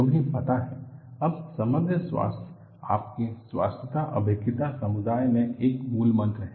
तुम्हें पता है अब समग्र स्वास्थ्य आपके स्वास्थता अभिज्ञता समुदाय में एक मूलमंत्र है